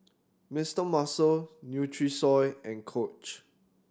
Mister Muscle Nutrisoy and Coach